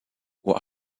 what